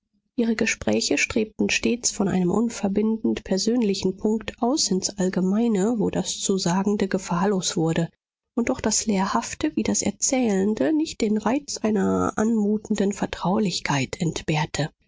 ihre gespräche strebten stets von einem unverbindend persönlichen punkt aus ins allgemeine wo das zu sagende gefahrlos wurde und doch das lehrhafte wie das erzählende nicht den reiz einer anmutenden vertraulichkeit entbehrte